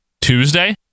Tuesday